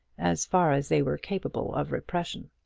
as far as they were capable of repression.